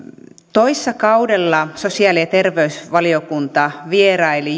toissa kaudella sosiaali ja terveysvaliokunta vieraili